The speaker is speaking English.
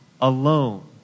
alone